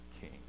king